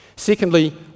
Secondly